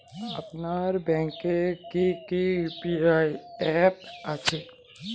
আপনার ব্যাংকের কি কি ইউ.পি.আই অ্যাপ আছে?